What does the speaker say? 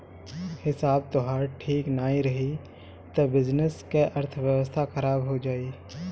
हिसाब तोहार ठीक नाइ रही तअ बिजनेस कअ अर्थव्यवस्था खराब हो जाई